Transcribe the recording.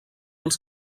els